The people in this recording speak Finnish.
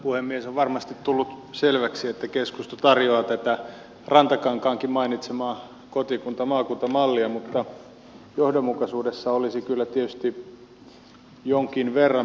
on varmasti tullut selväksi että keskusta tarjoaa tätä rantakankaankin mainitsemaa kotikuntamaakunta mallia mutta johdonmukaisuudessa olisi kyllä tietysti jonkin verran parannettavaa